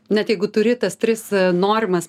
net jeigu turi tas tris norimas